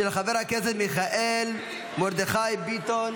של חבר הכנסת מיכאל מרדכי ביטון.